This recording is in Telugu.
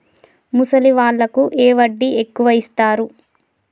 ముసలి వాళ్ళకు ఏ వడ్డీ ఎక్కువ ఇస్తారు?